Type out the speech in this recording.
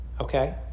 okay